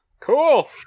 Cool